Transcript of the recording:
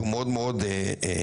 שהוא מאוד מאוד משמעותי,